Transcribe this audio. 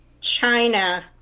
china